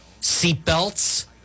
seatbelts